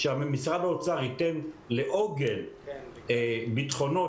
שמשרד האוצר ייתן ל"עוגן" ביטחונות,